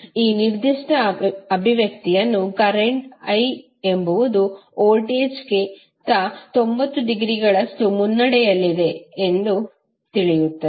ಈ ನಿರ್ದಿಷ್ಟ ಅಭಿವ್ಯಕ್ತಿಯನ್ನು ಕರೆಂಟ್ I ಎಂಬುದು ವೋಲ್ಟೇಜ್ಗೆ ಗಿಂತ 90 ಡಿಗ್ರಿಗಳಷ್ಟು ಮುನ್ನಡೆಯಲ್ಲಿದೆ ಎಂದು ತಿಳಿಯುತ್ತದೆ